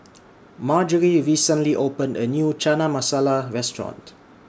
Marjory recently opened A New Chana Masala Restaurant